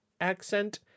accent